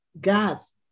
God's